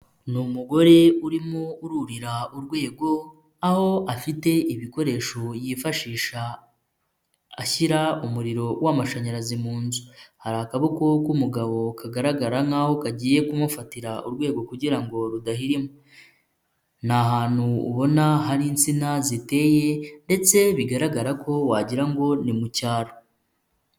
Ni umugore urimo ururira urwego, aho afite ibikoresho yifashisha ashyira umuriro w'amashanyarazi mu nzu, hari akaboko k'umugabo kagaragara nk'aho kagiye kumufatira urwego kugira ngo rudaririma, ni ahantu ubona hari insina ziteye ndetse bigaragara ko wagira ngo ni mu cyaro.